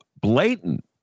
blatant